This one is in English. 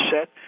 set